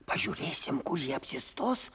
pažiūrėsim kur jie apsistos